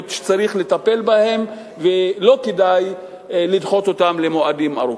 שצריך לטפל בהן ולא כדאי לדחות זאת למועדים רחוקים.